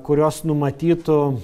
kurios numatytų